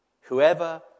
Whoever